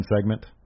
segment